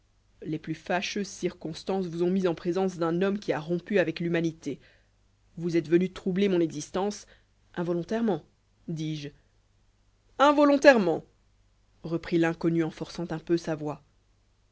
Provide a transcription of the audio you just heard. les plus fâcheuses circonstances vous ont mis en présence d'un homme qui a rompu avec l'humanité vous êtes venu troubler mon existence involontairement dis-je involontairement répondit l'inconnu en forçant un peu sa voix